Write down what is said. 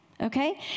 Okay